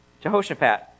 Jehoshaphat